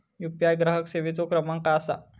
UPI ग्राहक सेवेचो क्रमांक काय असा?